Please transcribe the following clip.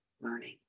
learning